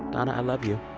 donna, i love you.